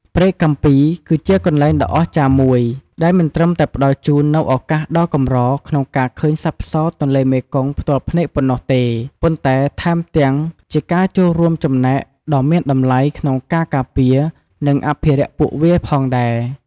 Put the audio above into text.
ព្រែកកាំពី គឺជាកន្លែងដ៏អស្ចារ្យមួយដែលមិនត្រឹមតែផ្តល់ជូននូវឱកាសដ៏កម្រក្នុងការឃើញសត្វផ្សោតទន្លេមេគង្គផ្ទាល់ភ្នែកប៉ុណ្ណោះទេ ប៉ុន្តែថែមទាំងជាការចូលរួមចំណែកដ៏មានតម្លៃក្នុងការការពារ និងអភិរក្សពួកវាផងដែរ ។